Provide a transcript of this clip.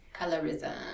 colorism